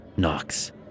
Knox